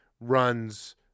runs